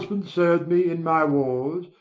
serv'd me in my wars,